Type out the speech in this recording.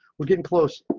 we're getting close.